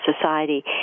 society